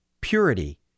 purity